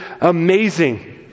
amazing